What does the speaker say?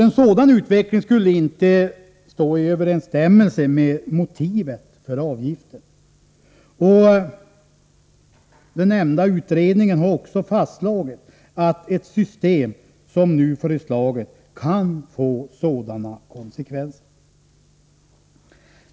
En sådan utveckling skulle inte stå i överensstämmelse med motivet för avgiften, och den nämnda utredningen har också fastslagit att det system som nu föreslagits kan få sådana konsekvenser.